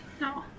No